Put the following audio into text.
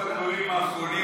ברוח הדברים האחרונים,